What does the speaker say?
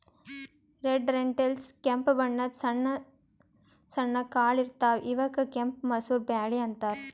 red lentils ಕೆಂಪ್ ಬಣ್ಣದ್ ಸಣ್ಣ ಸಣ್ಣು ಕಾಳ್ ಇರ್ತವ್ ಇವಕ್ಕ್ ಕೆಂಪ್ ಮಸೂರ್ ಬ್ಯಾಳಿ ಅಂತಾರ್